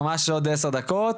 ממש עוד עשר דקות.